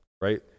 right